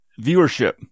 viewership